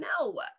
No